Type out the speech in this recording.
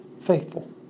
faithful